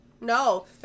No